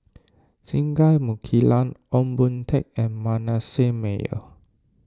Singai Mukilan Ong Boon Tat and Manasseh Meyer